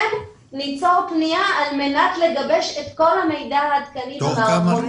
ניצור פניה על מנת לגבש את כל המידע העדכני במערכות שלנו.